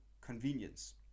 convenience